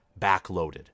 backloaded